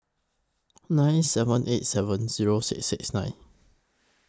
nine seven eight seven Zero six six nine